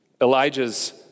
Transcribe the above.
Elijah's